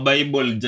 Bible